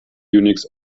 unix